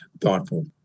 thoughtful